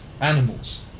animals